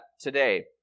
today